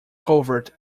covered